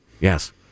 yes